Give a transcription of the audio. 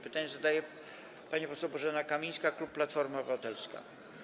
Pytanie zadaje pani poseł Bożena Kamińska, klub Platforma Obywatelska.